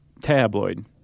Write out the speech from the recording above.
tabloid